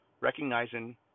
recognizing